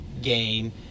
game